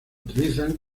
utilizan